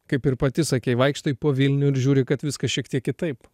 kaip ir pati sakei vaikštai po vilnių ir žiūri kad viskas šiek tiek kitaip